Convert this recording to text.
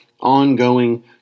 ongoing